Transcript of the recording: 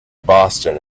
boston